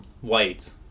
white